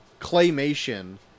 Claymation